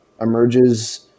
emerges